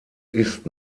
ist